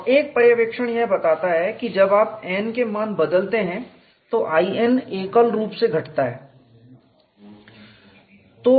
और एक पर्यवेक्षण यह बताता है कि जब आप n के मान बदलते हैं तो In एकल रूप से घटता है